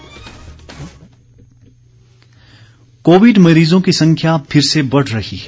Covid संदेश COVID मरीजों की संख्या फिर से बढ़ रही है